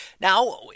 Now